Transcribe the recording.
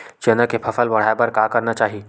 चना के फसल बढ़ाय बर का करना चाही?